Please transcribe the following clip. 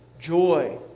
joy